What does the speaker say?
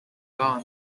gone